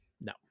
no